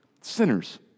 sinners